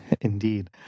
indeed